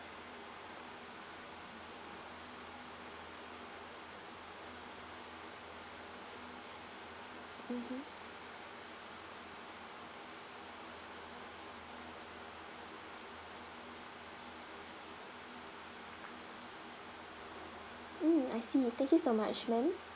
mmhmm mm I see thank you so much ma'am